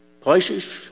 places